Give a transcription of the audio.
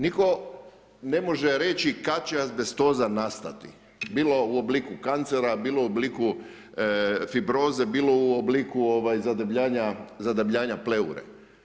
Nitko ne može reći kad će azbestoza nastati, bilo u obliku kancera, bilo u obliku fibroze, bilo u obliku zadebljanja pleure.